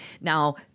Now –